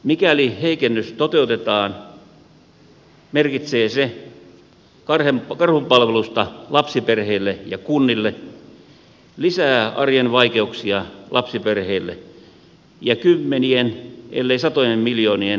mikäli heikennys toteutetaan merkitsee se karhunpalvelusta lapsiperheille ja kunnille lisää arjen vaikeuksia lapsiperheille ja kymmenien ellei satojen miljoonien lisälaskua kunnille